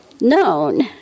known